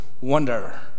wonder